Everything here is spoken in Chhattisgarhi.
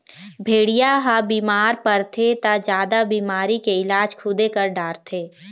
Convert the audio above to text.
भेड़िया ह बिमार परथे त जादा बिमारी के इलाज खुदे कर डारथे